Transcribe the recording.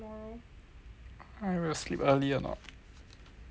I will sleep early or not don't know